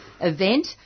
event